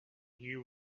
you